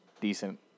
decent